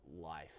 life